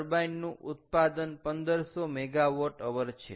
turbine નું ઉત્પાદન 1500 MWH છે